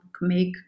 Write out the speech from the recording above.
make